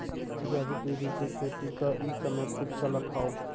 जैविक विधि से खेती क इ समय खूब चलत हौ